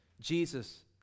Jesus